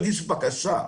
הוא בכלל לא הגיש בקשה,